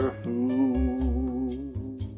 food